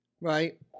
Right